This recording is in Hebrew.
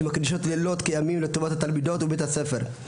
שמקדישות ימים כלילות לטובת תלמידותיהן בבית הספר,